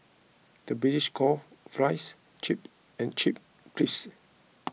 the British call Fries Chips and Chips Crisps